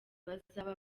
bazaba